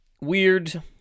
weird